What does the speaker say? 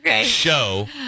show